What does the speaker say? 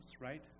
right